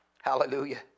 Hallelujah